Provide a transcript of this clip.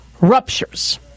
ruptures